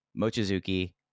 Mochizuki